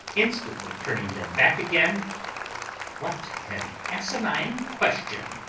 instantly turning them back again what an asinine question!